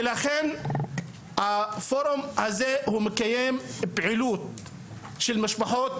ולכן הפורום הזה הוא מקיים פעילות של משפחות